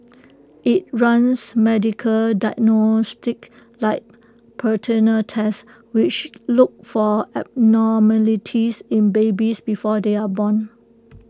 IT runs medical diagnostics like prenatal tests which look for abnormalities in babies before they are born